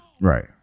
Right